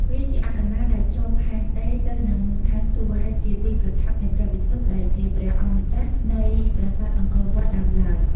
វាជាអ័ក្សកណ្តាលដែលភ្ជាប់ផែនដីទៅនឹងស្ថានសួគ៌ ហើយជាទីប្រថាប់នៃព្រះវិស្ណុ ដែលជាព្រះអម្ចាស់នៃប្រាសាទអង្គរវត្តដើមឡើយ។